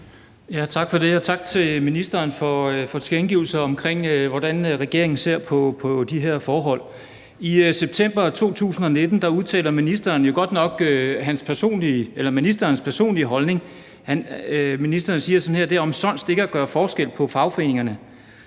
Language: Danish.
Tak for det, og tak til ministeren for tilkendegivelsen af, hvordan regeringen ser på de her forhold. I september 2019 udtaler ministeren godt nok sin personlige holdning, og ministeren siger, at det er omsonst ikke at gøre forskel på fagforeningerne.